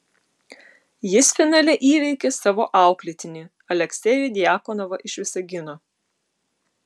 jis finale įveikė savo auklėtinį aleksejų djakonovą iš visagino